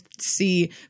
see